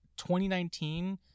2019